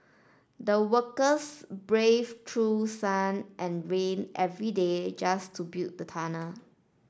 the workers braved through sun and rain every day just to build the tunnel